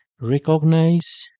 Recognize